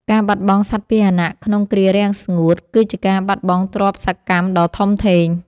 ការបាត់បង់សត្វពាហនៈក្នុងគ្រារាំងស្ងួត គឺជាការបាត់បង់ទ្រព្យសកម្មដ៏ធំធេង។